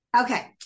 Okay